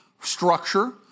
structure